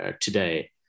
today